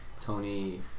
Tony